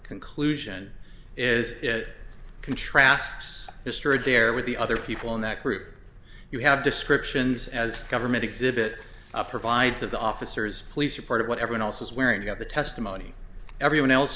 conclusion is it contrasts destroyed there with the other people in that group you have descriptions as government exhibit of provides of the officers police are part of whatever else is wearing out the testimony everyone else